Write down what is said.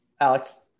Alex